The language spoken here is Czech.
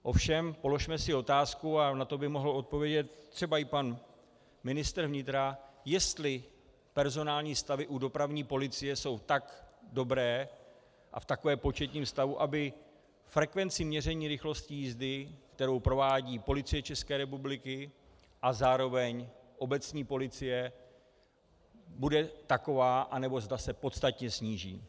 Ovšem položme si otázku, a na to by mohl odpovědět třeba i pan ministr vnitra, jestli personální stavy u dopravní policie jsou tak dobré a v takovém početním stavu, aby frekvenci měření rychlosti jízdy, kterou provádí Policie České republiky a zároveň obecní policie, bude taková, anebo zda se podstatně sníží.